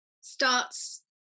starts